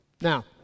Now